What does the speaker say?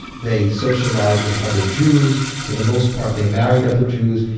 they socialized with other jews. for the most part, they married other jews.